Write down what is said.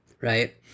right